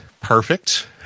perfect